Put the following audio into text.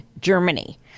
Germany